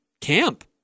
camp